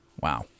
wow